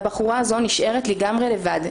והבחורה הזו נשארת לגמרי לבד.